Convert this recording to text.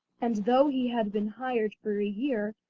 and though he had been hired for a year,